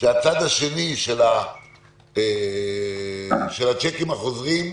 שהצד השני של הצ'קים החוזרים,